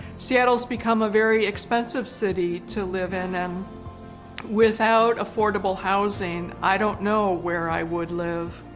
seattle's become a very expensive city to live in, and without affordable housing, i don't know where i would live.